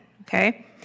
okay